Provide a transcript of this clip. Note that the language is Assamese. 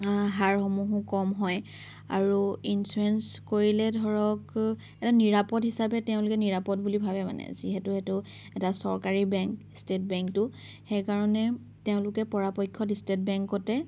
হাৰ সমূহো কম হয় আৰু ইঞ্চুৰেঞ্চ কৰিলে ধৰক এটা নিৰাপদ হিচাপে তেওঁলোকে নিৰাপদ বুলি ভাবে মানে যিহেতু এইটো এটা চৰকাৰী বেংক ষ্টেট বেংকটো সেইকাৰণে তেওঁলোকে পৰাপক্ষত ষ্টেট বেংকতে